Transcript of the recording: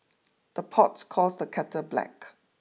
the pot calls the kettle black